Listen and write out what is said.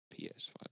PS5